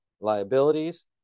liabilities